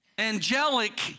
angelic